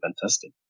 fantastic